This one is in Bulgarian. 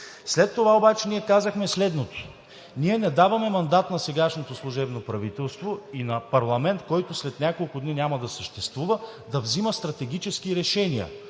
След това обаче ние казахме следното: ние не даваме мандат на сегашното служебно правителство и на парламент, който след няколко дни няма да съществува, да взимат стратегически решения.